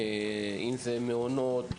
אם זה מעונות,